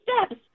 steps